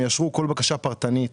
והם יאשרו כל בקשה פרטנית.